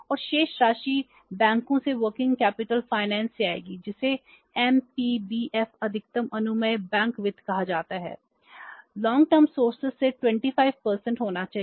और शेष राशि बैंकों से वर्किंग कैपिटल फाइनेंस से आने चाहिए